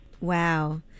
Wow